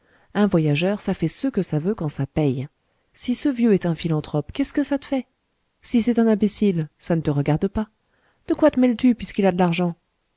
un voyageur ça fait ce que ça veut quand ça paye si ce vieux est un philanthrope qu'est-ce que ça te fait si c'est un imbécile ça ne te regarde pas de quoi te mêles-tu puisqu'il a de l'argent